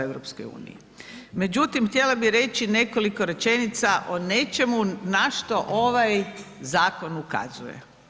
Međutim, htjela bih reći nekoliko rečenica o nečemu na što ovaj zakon ukazuje.